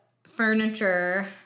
furniture